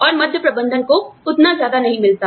और मध्य प्रबंधन को उतना ज्यादा नहीं मिलता